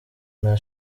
nta